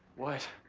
what?